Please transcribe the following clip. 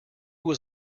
was